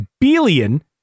billion